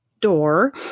door